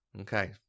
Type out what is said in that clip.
Okay